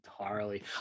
entirely